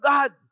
God